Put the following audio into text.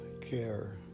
care